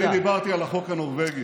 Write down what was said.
אני דיברתי על החוק הנורבגי.